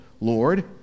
Lord